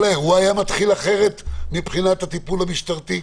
האירוע היה מתחיל אחרת מבחינת הטיפול המשטרתי?